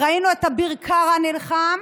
ראינו את אביר קארה נלחם